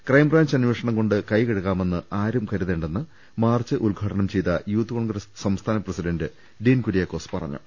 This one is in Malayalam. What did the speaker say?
ക്രൈംബ്രാഞ്ച് അന്വേഷണം കൊണ്ട് കൈ കഴുകാമെന്ന് ആരും കരുതേണ്ടെന്ന് മാർച്ച് ഉദ്ഘാടനം ചെയ്ത യൂത്ത് കോൺഗ്രസ് സംസ്ഥാന പ്രസിഡന്റ് ഡീൻ കുര്യാക്കോസ് പറഞ്ഞു